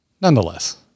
nonetheless